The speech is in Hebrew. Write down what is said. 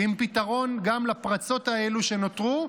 עם פתרון גם לפרצות האלו שנותרו,